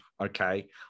okay